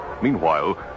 Meanwhile